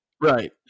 Right